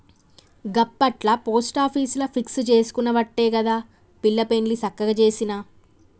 గప్పట్ల పోస్టాపీసుల ఫిక్స్ జేసుకునవట్టే గదా పిల్ల పెండ్లి సక్కగ జేసిన